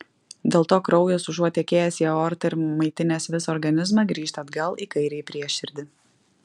dėl to kraujas užuot tekėjęs į aortą ir maitinęs visą organizmą grįžta atgal į kairįjį prieširdį